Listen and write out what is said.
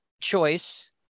choice